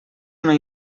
una